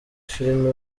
filime